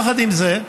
יחד עם זה,